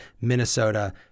Minnesota